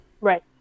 Right